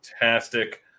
fantastic